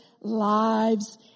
lives